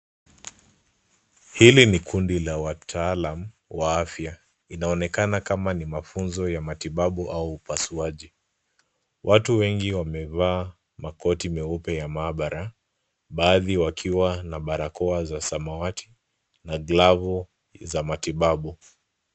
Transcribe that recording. Hili ni kundi la wataalamu wa afya. Inaonekana kama ni mafunzo ya matibabu au upasuaji. Watu wengi wamevaa makoti mengi ya maabara, baadhi wakiwa na barakoa za samawati na glavu za matibabu.